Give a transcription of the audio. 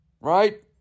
right